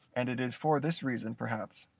and it is for this reason, perhaps,